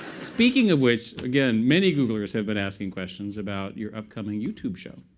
speaking of which, again, many googlers have been asking questions about your upcoming youtube show.